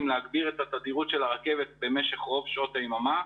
להגביר את תדירות הרכבת במשך רוב שעות היממה.